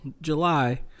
July